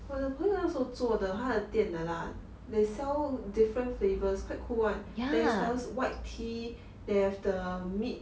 我的朋友那时候做的他的店的啦 they sell different flavours quite cool [one] they sell white tea they have the mid~